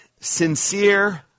sincere